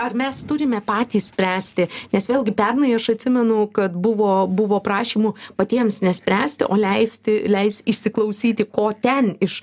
ar mes turime patys spręsti nes vėlgi pernai aš atsimenu kad buvo buvo prašymų patiems nespręsti o leisti leis įsiklausyti ko ten iš